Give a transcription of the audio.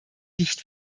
nicht